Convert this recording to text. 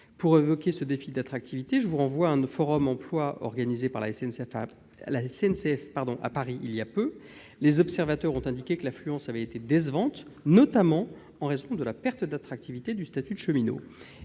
Pour évoquer ce défi d'attractivité, je vous renvoie à un forum sur l'emploi organisé par la SNCF à Paris il y a peu. Les observateurs ont indiqué que l'affluence avait été décevante, notamment en raison de la perte d'attractivité du statut de cheminot.